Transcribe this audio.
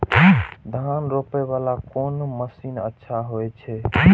धान रोपे वाला कोन मशीन अच्छा होय छे?